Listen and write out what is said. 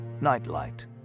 Nightlight